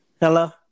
Hello